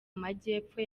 majyepfo